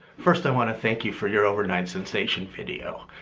first, i want to thank you for your overnight sensation video.